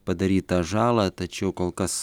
padarytą žalą tačiau kol kas